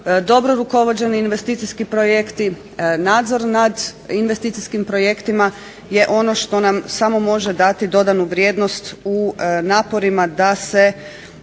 dobro rukovođeni investicijski projekti, nadzor nad investicijskim projektima je ono što nam samo može dati dodanu vrijednost u naporima da se,